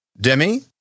Demi